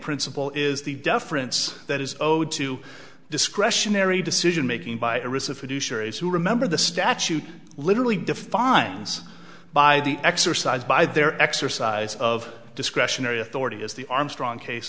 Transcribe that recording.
principle is the deference that is owed to discretionary decision making by is a fiduciary who remember the statute literally defines by the exercise by their exercise of discretionary authority as the armstrong case